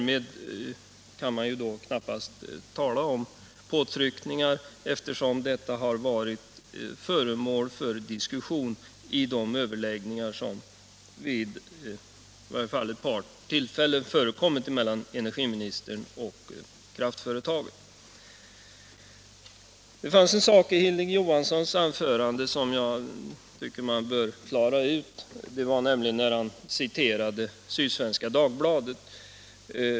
Man kan då knappast tala om påtryckningar, eftersom saken har diskuterats vid de överläggningar som åtminstone vid ett par tillfällen förekommit mellan energiministern och kraftföretaget. En sak i Hilding Johanssons anförande tycker jag man bör klara ut, och det gäller hans citat ur Sydsvenska Dagbladet.